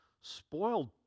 spoiled